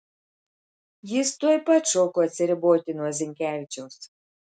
jis tuoj pat šoko atsiriboti nuo zinkevičiaus